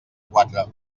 quatre